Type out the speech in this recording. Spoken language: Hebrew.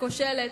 כושלת.